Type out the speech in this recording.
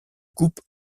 coupe